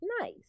Nice